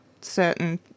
certain